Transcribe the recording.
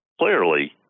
clearly